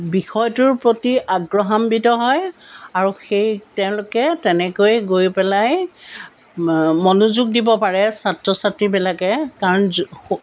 বিষয়টোৰ প্ৰতি আগ্ৰহাম্বিত হয় আৰু সেই তেওঁলোকে তেনেকৈয়ে গৈ পেলাই মনোযোগ দিব পাৰে ছাত্ৰ ছাত্ৰীবিলাকে কাৰণ জ